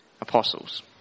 apostles